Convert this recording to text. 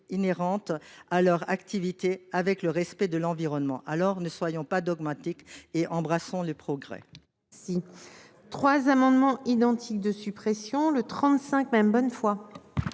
inhérentes à leur activité avec le respect de l'environnement. Dès lors, ne soyons pas dogmatiques et embrassons les progrès